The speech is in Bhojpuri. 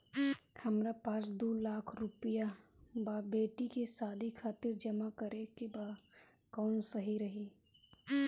हमरा पास दू लाख रुपया बा बेटी के शादी खातिर जमा करे के बा कवन सही रही?